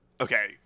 Okay